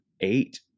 eight